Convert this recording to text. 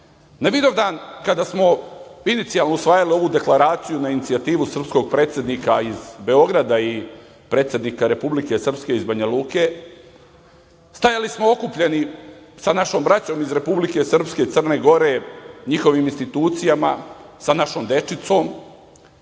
Na Vidovdan, kada smo inicijalno usvajali ovu Deklaraciju, na inicijativu srpskog predsednika iz Beograda i predsednika Republike Srpske iz Banja Luke, stajali smo okupljeni sa našom braćom iz Republike Srpske, Crne Gore, njihovim institucijama, sa našom dečicom